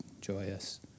joyous